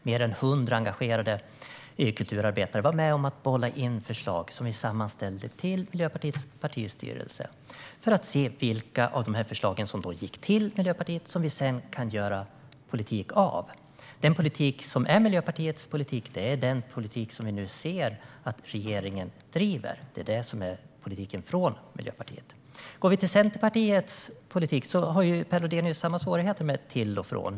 Fler än hundra engagerade kulturarbetare var med och bollade in förslag som vi sammanställde till Miljöpartiets partistyrelse, som sedan tog ställning till vilka förslag vi kunde göra politik av. Miljöpartiets politik är den politik som regeringen driver. Det är politiken från Miljöpartiet. Går vi till Centerpartiets politik har Per Lodenius samma svårigheter med "till" och från".